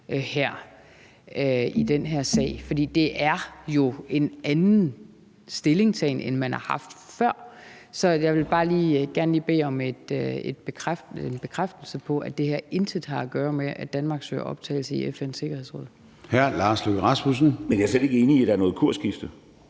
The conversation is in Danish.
kurs i den her sag. For det er jo en anden stillingtagen, end man har haft før. Så jeg vil bare gerne lige bede om en bekræftelse på, at det her intet har at gøre med, at Danmark søger optagelse i FN's Sikkerhedsråd.